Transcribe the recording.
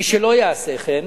מי שלא יעשה כן,